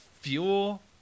fuel